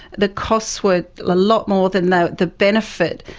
the costs were a lot more than the the benefit.